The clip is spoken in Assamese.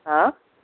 হাঁ